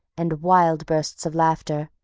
and wild bursts of laughter,